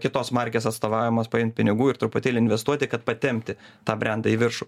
kitos markės atstovavimos paimt pinigų ir truputėlį investuoti kad patempti tą brendą į viršų